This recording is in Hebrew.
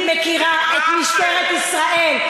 אני מכירה את משטרת ישראל.